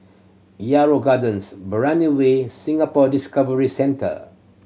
Yarrow Gardens Brani Way Singapore Discovery Centre